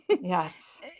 Yes